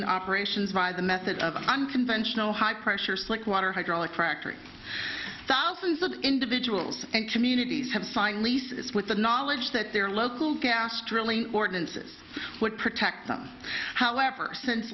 g operations by the method of unconventional high pressure slick water hydraulic fracturing thousands of individuals and communities have signed leases with the knowledge that their local gas drilling ordinances would protect them however since